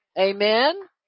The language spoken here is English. amen